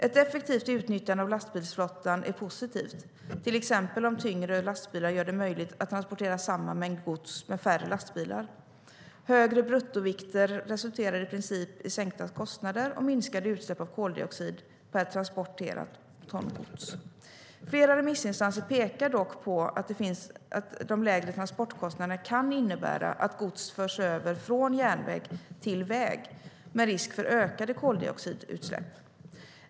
Ett effektivt utnyttjande av lastbilsflottan är positivt, till exempel om tyngre lastbilar gör det möjligt att transportera samma mängd gods med färre lastbilar. Högre bruttovikter resulterar i princip i sänkta kostnader och minskade utsläpp av koldioxid per transporterat ton gods. Flera remissinstanser pekar dock på att de lägre transportkostnaderna kan innebära att gods förs över från järnväg till väg med risk för ökade koldioxidutsläpp som följd.